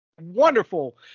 wonderful